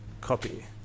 Copy